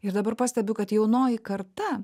ir dabar pastebiu kad jaunoji karta